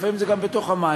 לפעמים זה גם בתוך המים.